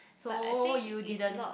so you didn't